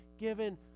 given